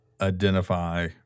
identify